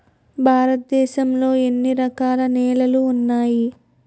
భారతదేశం లో ఎన్ని రకాల నేలలు ఉన్నాయి?